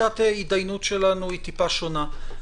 שיטת ההתדיינות שלנו היא טיפה שונה.